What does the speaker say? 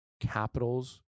Capitals